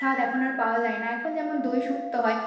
স্বাদ এখন আর পাওয়া যায় না এখন যেমন দই সুক্তো হয়